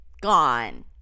Gone